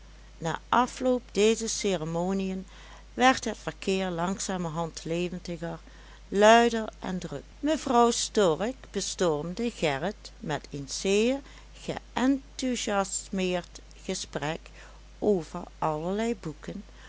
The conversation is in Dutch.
na afloop dezer ceremoniën werd het verkeer langzamerhand levendiger luider en drukker mevrouw stork bestormde gerrit met een zeer geënthusiasmeerd gesprek over allerlei boeken